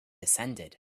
descended